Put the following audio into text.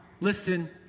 listen